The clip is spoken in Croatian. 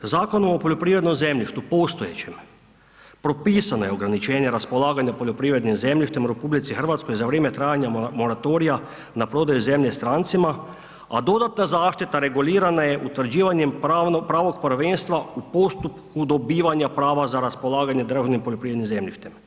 Zakon o poljoprivrednom zemljištu, postojećem, propisano je ograničenje raspolaganja poljoprivrednim zemljištem u RH za vrijeme trajanja moratorija na prodaju zemlje strancima, a dodatna zaštita regulirana je utvrđivanjem prava prvenstva u postupku dobivanja prava za raspolaganja drvnim poljoprivrednim zemljištem.